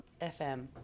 fm